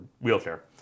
wheelchair